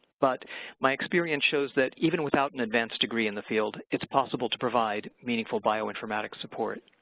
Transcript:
but my experience shows that even without an advanced degree in the field it's possible to provide meaningful bioinformatics support.